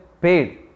paid